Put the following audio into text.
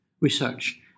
research